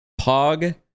Pog